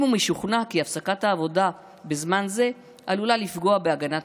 אם הוא משוכנע כי הפסקת העבודה" בזמן זה "עלולה לפגוע בהגנת